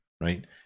right